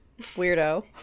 weirdo